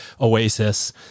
oasis